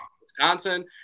Wisconsin